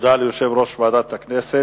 תודה ליושב-ראש ועדת הכנסת.